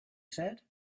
said